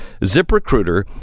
ZipRecruiter